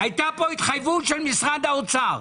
הייתה פה התחייבות של משרד האוצר.